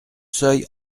seuil